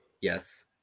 Yes